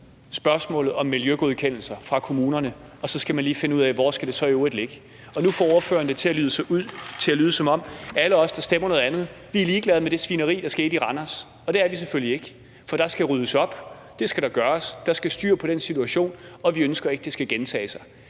spørgsmålet om miljøgodkendelser fra kommunerne, og så skal man lige finde ud af, hvor det så i øvrigt skal ligge. Nu får ordføreren det til at lyde, som om at alle os, der stemmer noget andet, er ligeglade med det svineri, der skete i Randers, og det er vi selvfølgelig ikke. Der skal ryddes op, det skal der gøres, og der skal styr på den situation, og vi ønsker ikke, at det skal gentage sig.